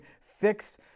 fix